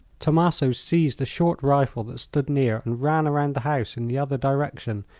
tommaso seized a short rifle that stood near and ran around the house in the other direction,